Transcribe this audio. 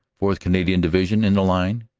fourth. canadian division, in the line,